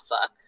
fuck